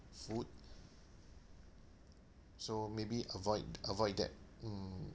food so maybe avoid avoid that mm